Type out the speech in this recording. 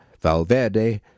Valverde